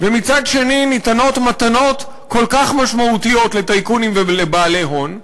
ומצד שני ניתנות מתנות כל כך משמעותיות לטייקונים ולבעלי הון,